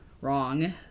wrong